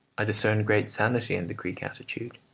i discern great sanity in the greek attitude.